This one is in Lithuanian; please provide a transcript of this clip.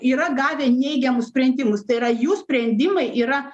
yra gavę neigiamus sprendimus tai yra jų sprendimai yra